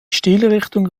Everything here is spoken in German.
stilrichtung